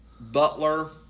butler